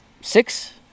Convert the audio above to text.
Six